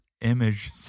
image